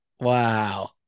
Wow